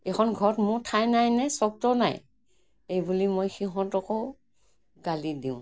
এইখন ঘৰত মোৰ ঠাই নাই নাই চৰ্ত নাই এইবুলি মই সিহঁতকো গালি দিওঁ